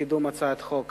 לקידום הצעת החוק,